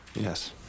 Yes